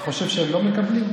אתה חושב שהם לא מקבלים?